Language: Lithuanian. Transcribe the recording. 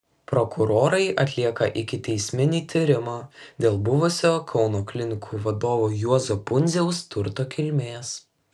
prokurorai atlieka ikiteisminį tyrimą dėl buvusio kauno klinikų vadovo juozo pundziaus turto kilmės